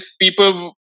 people